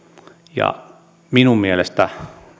minun mielestäni